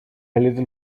little